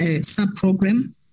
sub-program